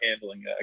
handling